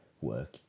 work